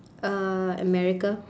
uh america